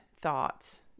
thoughts